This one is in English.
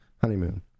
honeymoon